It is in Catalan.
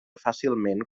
fàcilment